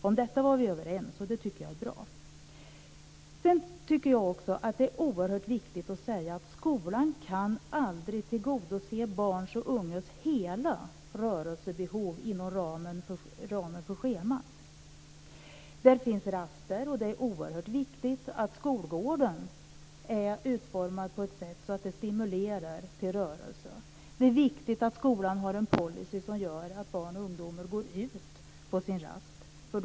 Om detta var vi överens, och det tycker jag är bra. Det är oerhört viktigt att säga att skolan aldrig kan tillgodose barns och ungdomars hela rörelsebehov inom ramen för schemat. Det finns raster, och det är viktigt att skolgården är utformad på sådant sätt att den stimulerar till rörelse. Det är viktigt att skolan har en policy som gör att barn och ungdomar går ut på sina raster.